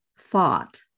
thought